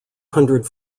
hundred